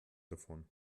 davon